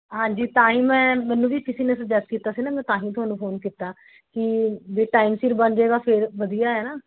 ਹਾਂਜੀ ਤਾਂ ਹੀ ਮੈਂ ਮੈਨੂੰ ਵੀ ਕਿਸੀ ਨੇ ਸਜੇਸਟ ਕੀਤਾ ਸੀ ਨਾ ਮੈਂ ਤਾਂ ਹੀ ਤੁਹਾਨੂੰ ਫ਼ੋਨ ਕੀਤਾ ਕੀ ਜੇ ਟਾਈਮ ਸਿਰ ਬਣ ਜੇਗਾ ਫ਼ੇਰ ਵਧੀਆ ਹੈ ਨਾ